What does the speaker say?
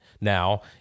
now